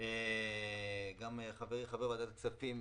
גם חבר ועדת הכספים,